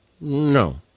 No